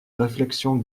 réflexion